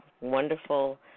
wonderful